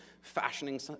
fashioning